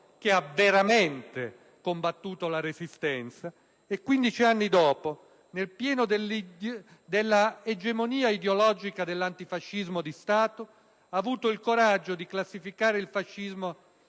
che ha veramente combattuto la Resistenza e che, 15 anni dopo, nel pieno dell'egemonia ideologica dell'antifascismo di Stato, ha avuto il coraggio di classificare il fascismo